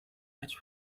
large